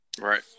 Right